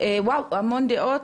המון דעות,